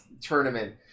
tournament